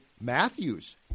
Matthews